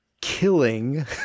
killing